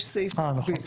יש סעיף מקביל.